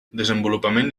desenvolupament